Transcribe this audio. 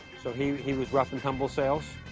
so he he was rough-and-tumble sales.